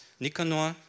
Nicanor